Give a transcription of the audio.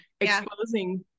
exposing